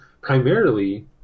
primarily